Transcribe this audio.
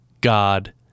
God